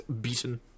beaten